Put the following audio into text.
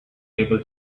able